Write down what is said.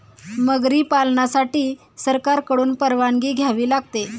मगरी पालनासाठी सरकारकडून परवानगी घ्यावी लागते